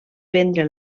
prendre